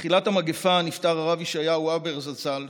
בתחילת המגפה נפטר הרב ישעיהו הבר זצ"ל,